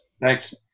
Thanks